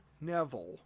Neville